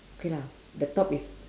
okay lah the top is